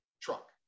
Truck